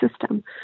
system